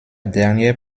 dernière